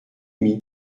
mis